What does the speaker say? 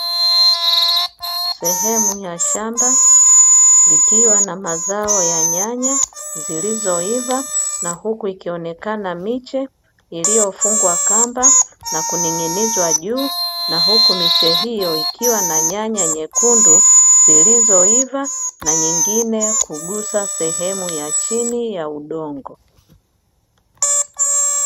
Sehemu ya shamba likiwa na mzao ya nyanya zililizoiva, na huku ikionekena miche iliyofungwa kamba na kuning'inizwa juu, na huku miche hiyo ikiwa na nyanya nyekundu zilizoiva na nyingine kugusa sehemu ya chini ya udongo.